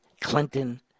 Clinton